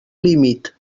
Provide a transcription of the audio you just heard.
límit